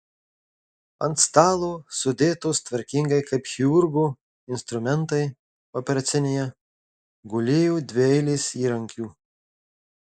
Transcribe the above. ant stalo sudėtos tvarkingai kaip chirurgo instrumentai operacinėje gulėjo dvi eilės įrankių